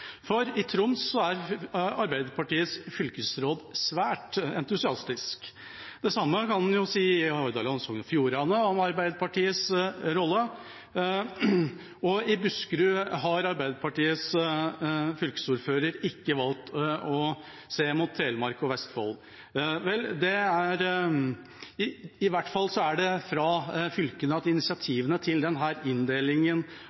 For i Troms er Arbeiderpartiets fylkesråd svært entusiastisk. Det samme kan sies om Arbeiderpartiets rolle i Hordaland og Sogn og Fjordane, og i Buskerud har Arbeiderpartiets fylkesordfører ikke valgt å se mot Telemark og Vestfold. I hvert fall er det fra fylkene at